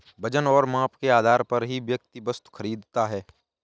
वजन और माप के आधार पर ही व्यक्ति वस्तु खरीदता है